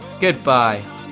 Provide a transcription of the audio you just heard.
Goodbye